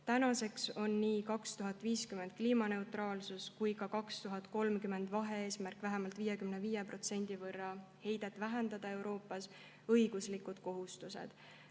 Tänaseks on nii 2050. aasta kliimaneutraalsus kui ka 2030. aasta vahe-eesmärk – vähemalt 55% võrra heidet vähendada – Euroopas õiguslikud kohustused.